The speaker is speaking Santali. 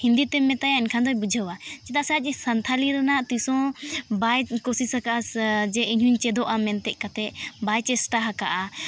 ᱦᱤᱱᱫᱤ ᱛᱮᱢ ᱢᱮᱛᱟᱭᱟ ᱮᱱᱠᱷᱟᱱ ᱫᱚᱭ ᱵᱩᱡᱷᱟᱹᱣᱟ ᱪᱮᱫᱟᱜ ᱥᱮ ᱟᱡ ᱥᱟᱱᱛᱷᱟᱞᱤ ᱨᱮᱱᱟᱜ ᱛᱤᱥᱦᱚᱸ ᱵᱟᱭ ᱠᱳᱥᱤᱥ ᱟᱠᱟᱜᱼᱟ ᱥᱮ ᱤᱧᱦᱚᱧ ᱪᱮᱫᱚᱜᱼᱟ ᱢᱮᱱᱛᱮᱫ ᱠᱟᱛᱮᱫ ᱵᱟᱭ ᱪᱮᱥᱴᱟ ᱟᱠᱟᱜᱼᱟ